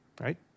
right